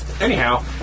anyhow